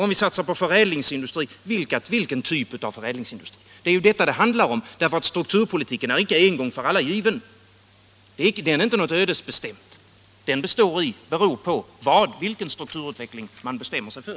Om vi satsar på förädlingsindustri, vilken typ av förädlingsindustri? Det är ju detta det handlar om, därför att strukturpolitiken är icke en gång för alla given. Den är icke något ödesbestämt. Den beror på vilken strukturutveckling man bestämmer sig för.